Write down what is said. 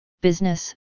business